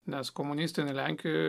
nes komunistinė lenkijoj